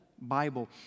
Bible